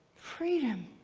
freedom.